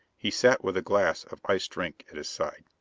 he sat with a glass of iced drink at his side.